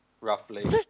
roughly